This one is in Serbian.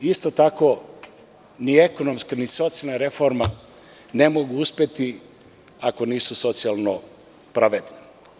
Isto tako ni ekonomska ni socijalna reforma ne mogu uspeti, ako nisu socijalno pravedne.